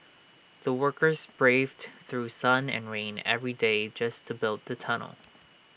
the workers braved through sun and rain every day just to build the tunnel